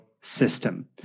system